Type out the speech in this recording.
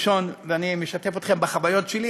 אני משתף אתכם בחוויות שלי.